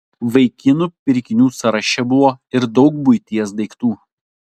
vaikinų pirkinių sąraše buvo ir daug buities daiktų